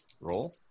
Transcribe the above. roll